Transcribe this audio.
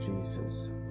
jesus